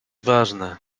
ważne